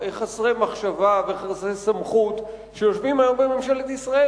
חסרי מחשבה וחסרי סמכות שיושבים היום בממשלת ישראל,